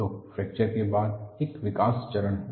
तो फ्रैक्चर के बाद एक विकास चरण है